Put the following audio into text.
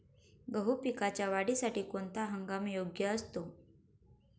गहू पिकाच्या वाढीसाठी कोणता हंगाम योग्य असतो?